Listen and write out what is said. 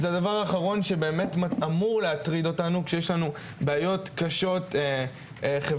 זה הדבר האחרון שבאמת אמור להטריד אותנו כשיש לנו בעיות קשות חברתיות,